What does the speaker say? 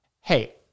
hey